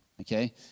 Okay